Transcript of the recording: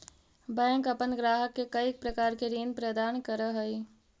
bank अपन ग्राहक के कईक प्रकार के ऋण प्रदान करऽ हइ